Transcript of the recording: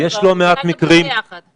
יש לא מעט מקרים כאלה,